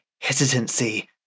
hesitancy